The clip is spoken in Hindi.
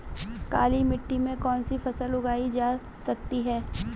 काली मिट्टी में कौनसी फसल उगाई जा सकती है?